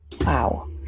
wow